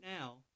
now